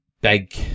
big